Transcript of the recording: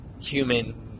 human